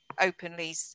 openly